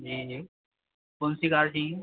जी जी कौन सी गाड़ी चाहिए